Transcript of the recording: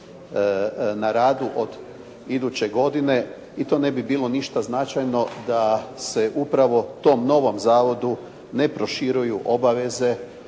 na radu od iduće godine i to ne bi bilo ništa značajno da se upravo tom novom zavodu ne proširuju obaveze